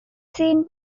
scene